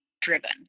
driven